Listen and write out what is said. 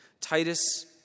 Titus